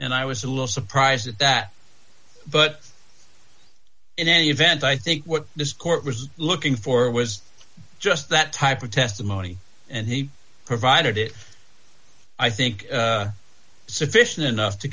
and i was a little surprised at that but in any event i think what the court was looking for was just that type of testimony and he provided it i think sufficient enough to